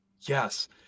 yes